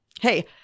hey